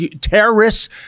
terrorists